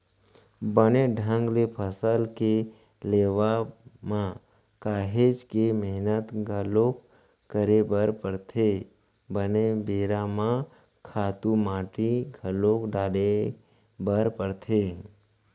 बने ढंग ले फसल के लेवब म काहेच के मेहनत घलोक करे बर परथे, बने बेरा म खातू माटी घलोक डाले बर परथे